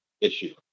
issue